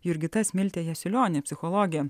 jurgita smiltė jasiulionė psichologė